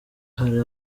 hari